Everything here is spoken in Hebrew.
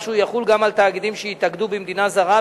שהוא יחול גם על תאגידים שהתאגדו במדינה זרה,